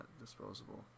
disposable